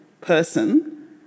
person